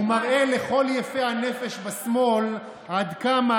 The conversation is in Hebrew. הוא מראה לכל יפי הנפש בשמאל עד כמה